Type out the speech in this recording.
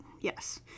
yes